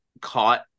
caught